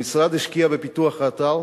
המשרד השקיע בפיתוח האתר